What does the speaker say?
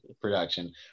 production